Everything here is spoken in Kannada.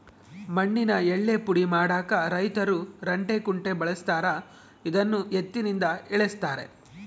ಮಣ್ಣಿನ ಯಳ್ಳೇ ಪುಡಿ ಮಾಡಾಕ ರೈತರು ರಂಟೆ ಕುಂಟೆ ಬಳಸ್ತಾರ ಇದನ್ನು ಎತ್ತಿನಿಂದ ಎಳೆಸ್ತಾರೆ